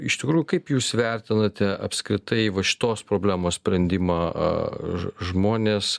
iš tikrųjų kaip jūs vertinate apskritai va šitos problemos sprendimą a ž žmonės